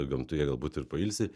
gamtoje galbūt ir pailsi